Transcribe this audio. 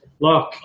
look